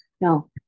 no